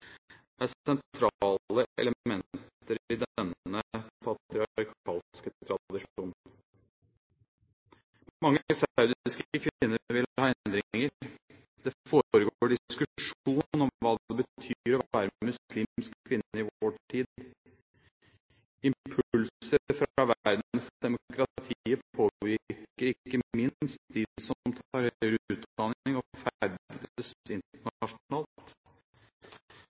sentrale elementer i denne patriarkalske tradisjonen. Mange saudiske kvinner vil ha endringer. Det foregår diskusjon om hva det betyr å være muslimsk kvinne i vår tid. Impulser fra verdens demokratier påvirker ikke minst dem som tar høyere utdanning og